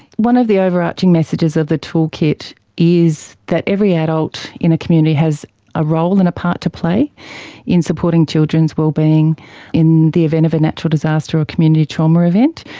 one of the overarching messages of the toolkit is that every adult in a community has a role and a part to play in supporting children's well-being in the event of a natural disaster or community trauma event.